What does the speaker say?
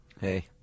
Hey